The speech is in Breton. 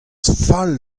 fall